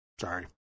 Sorry